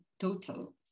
total